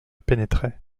pénétrait